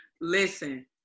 Listen